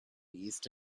east